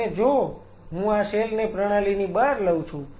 અને જો હું આ સેલ ને પ્રણાલીની બહાર લઉ છું